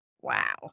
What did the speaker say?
wow